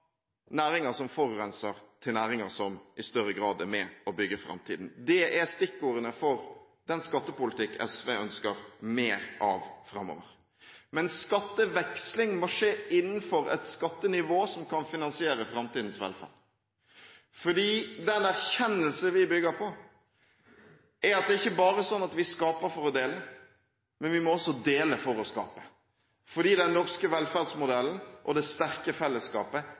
næringer som forurenser, til næringer som i større grad er med på å bygge framtiden. Det er stikkordene for den skattepolitikk SV ønsker mer av framover. Men skatteveksling må skje innenfor et skattenivå som kan finansiere framtidens velferd, for den erkjennelse vi bygger på, er at det ikke bare er slik at vi skaper for å dele – vi må også dele for å skape, fordi den norske velferdsmodellen og det sterke fellesskapet